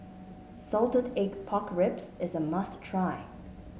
Salted Egg Pork Ribs is a must try